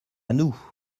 nous